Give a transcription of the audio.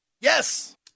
yes